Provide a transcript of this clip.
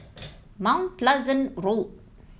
Mount Pleasant Road